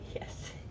yes